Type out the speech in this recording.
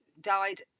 died